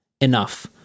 enough